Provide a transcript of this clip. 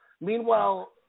Meanwhile